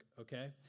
okay